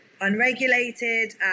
unregulated